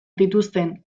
dituzten